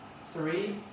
three